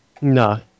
No